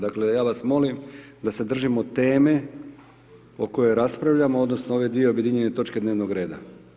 Dakle ja vas molim da se držimo teme o kojoj raspravljamo, odnosno o ove dvije objedinjene točke dnevnog reda.